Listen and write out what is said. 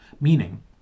meaning